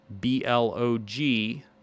b-l-o-g